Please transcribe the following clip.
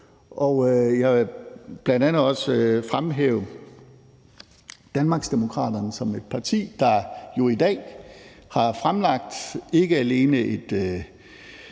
jeg vil bl.a. også fremhæve Danmarksdemokraterne som et parti, der jo i dag ikke alene